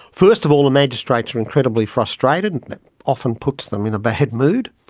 first of all the magistrates are incredibly frustrated, and it often puts them in a bad mood.